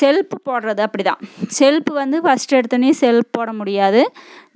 self போடுறது அப்படிதான் self வந்து ஃபஸ்ட்டு எடுத்தோனேயே செல்ப் போட முடியாது